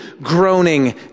groaning